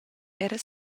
era